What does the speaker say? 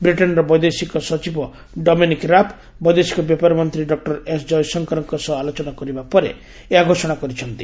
ବ୍ରିଟେନର ବୈଦେଶିକ ସଚିବ ଡୋମିନିକ୍ ରାବ ବୈଦେଶିକ ବ୍ୟାପାର ମନ୍ତ୍ରୀ ଡକ୍ଟର ଏସ ଜୟଶଙ୍କରଙ୍କ ସହ ଆଲୋଚନା କରିବା ପରେ ଏହା ଘୋଷଣା କରିଛନ୍ତି